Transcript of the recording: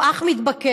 הוא אך מתבקש.